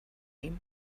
ihm